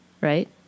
right